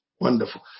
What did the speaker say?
Wonderful